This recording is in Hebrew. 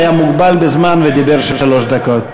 היה מוגבל בזמן ודיבר שלוש דקות.